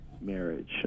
marriage